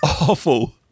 awful